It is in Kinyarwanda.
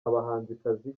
abahanzikazi